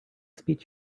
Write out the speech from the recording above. speech